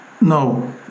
no